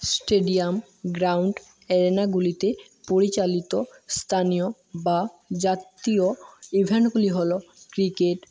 stadium ground অ্যারেনাগুলিতে পরিচালিত স্থানীয় বা জাতীয় ইভেন্টগুলি হলো ক্রিকেট